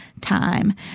time